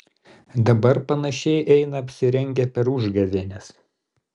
dabar panašiai eina apsirengę per užgavėnes